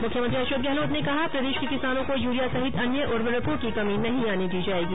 मुख्यमंत्री अशोक गहलोत ने कहा प्रदेश के किसानों को यूरिया सहित अन्य उर्वरकों की कमी नहीं आने दी जायेगी